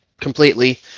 completely